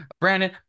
Brandon